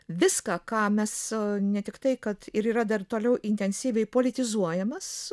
viską ką mes ne tiktai kad ir yra dar toliau intensyviai politizuojamas